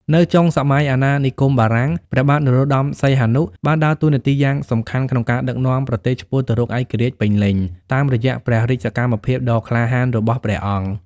នៅចុងសម័យអាណានិគមបារាំង ព្រះបាទនរោត្ដម សីហនុ បានដើរតួនាទីយ៉ាងសំខាន់ក្នុងការដឹកនាំប្រទេសឆ្ពោះទៅរកឯករាជ្យពេញលេញ តាមរយៈព្រះរាជសកម្មភាពដ៏ក្លាហានរបស់ព្រះអង្គ។